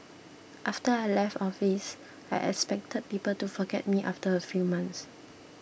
after I left office I expected people to forget me after a few months